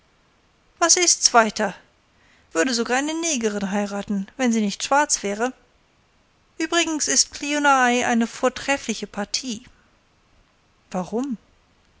was ist's weiter würde sogar eine negerin heiraten wenn sie nicht schwarz wäre uebrigens ist kliuna ai eine vortreffliche partie warum